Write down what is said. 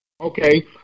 Okay